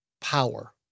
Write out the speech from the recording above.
power